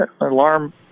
alarm